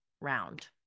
round